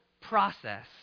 process